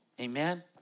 Amen